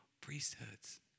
priesthoods